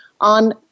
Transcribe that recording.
on